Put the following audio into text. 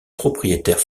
propriétaires